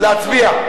להצביע.